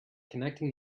connecting